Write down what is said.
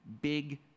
Big